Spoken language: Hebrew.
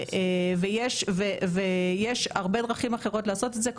יש הרבה דרכים אחרות לעשות את זה,